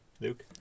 Luke